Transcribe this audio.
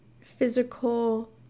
physical